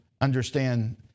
understand